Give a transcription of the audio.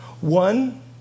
One